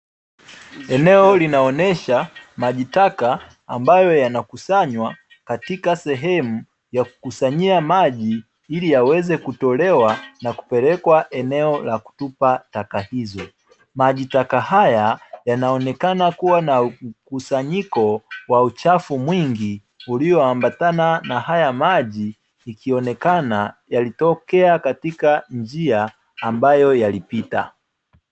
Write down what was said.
Eneo linaonyesha maji taka ambayo yanakusanywa katika sehemu ya kukusanyia maji ili yaweze kutolewa na kupelekwa eneo la kutupa taka hizo. Maji taka haya yanaonekana kuwa na mkusanyiko wa uchafu mwingi uliyoambatana na haya maji ikionekana yalitokea katika njia ambayo yalipita.